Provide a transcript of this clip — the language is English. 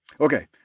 Okay